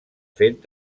fet